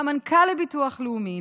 מנכ"ל המוסד לביטוח לאומי,